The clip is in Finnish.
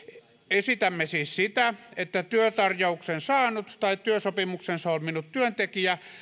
esitämme siis sitä että työtarjouksen saanut tai työsopimuksen solminut työntekijä